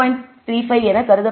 35 என கருதப்படுகிறது